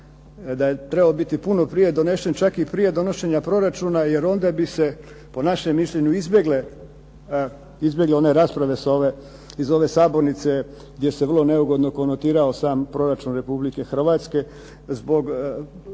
da je trebao biti puno prije donešen čak i prije donošenja proračuna jer onda bi se po našem mišljenju izbjegle one rasprave iz ove sabornice gdje se vrlo neugodno konotirao sam proračun Republike Hrvatske zbog